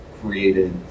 created